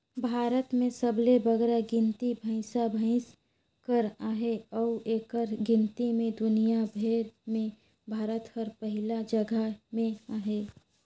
भारत में सबले बगरा गिनती भंइसा भंइस कर अहे अउ एकर गिनती में दुनियां भेर में भारत हर पहिल जगहा में अहे